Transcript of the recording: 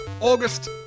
August